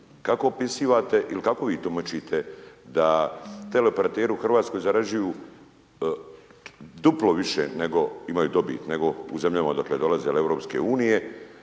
Kako opisivate ili kako vi tumačite da teleoperateri u Hrvatskoj zarađuju duplo više nego imaju dobit u zemljama odakle dolaze ili EU?